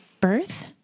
birth